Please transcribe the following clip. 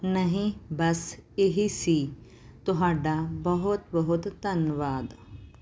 ਨਹੀਂ ਬਸ ਇਹੀ ਸੀ ਤੁਹਾਡਾ ਬਹੁਤ ਬਹੁਤ ਧੰਨਵਾਦ